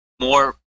more